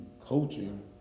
coaching